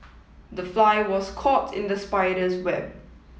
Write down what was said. the fly was caught in the spider's web